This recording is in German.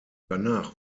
danach